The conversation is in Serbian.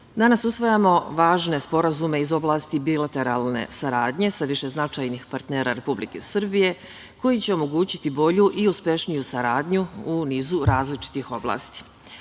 danas usvajamo važne sporazume iz oblasti bilateralne saradnje sa više značajnih partnera Republike Srbije koji će omogućiti bolju i uspešniju saradnju u nizu različitih oblasti. Na